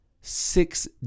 six